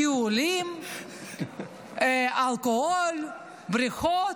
טיולים, אלכוהול, בריכות.